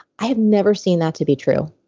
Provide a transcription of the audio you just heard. i have never seen that to be true.